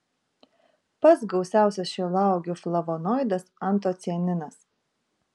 pats gausiausias šilauogių flavonoidas antocianinas